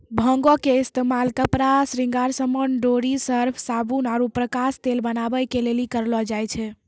भांगो के इस्तेमाल कपड़ा, श्रृंगार समान, डोरी, सर्फ, साबुन आरु प्रकाश तेल बनाबै के लेली करलो जाय छै